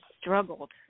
struggled